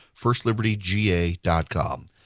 firstlibertyga.com